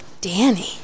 Danny